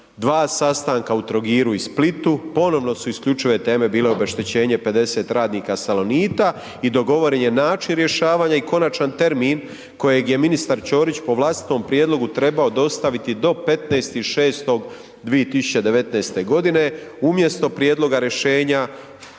2 sastanaka u Trogiru i Splitu, ponovo su isključive teme bile obeštećenje 50 radnika Salonita i dogovoren je način rješavanja i konačan termin kojeg je ministar Ćorić po vlastitom prijedlogu trebao dostaviti do 15.6.2019. Umjesto prijedloga rješenja